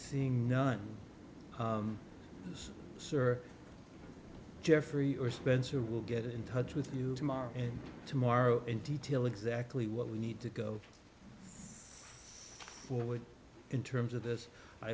seeing none yes sir geoffry or spencer will get in touch with you tomorrow and tomorrow in detail exactly what we need to go forward in terms of this i